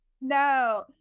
No